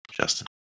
Justin